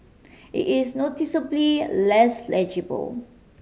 it is noticeably less legible